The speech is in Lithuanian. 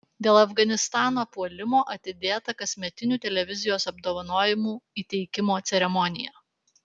dėl afganistano puolimo atidėta kasmetinių televizijos apdovanojimų įteikimo ceremonija